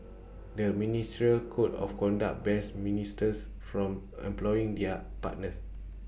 the ministerial code of conduct bans ministers from employing their partners